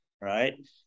right